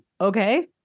okay